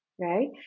Right